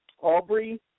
Aubrey